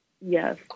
yes